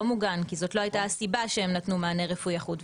מוגן כי זאת לא הייתה הסיבה שהם נתנו מענה רפואי אחוד.